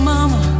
Mama